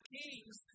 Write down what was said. kings